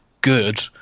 good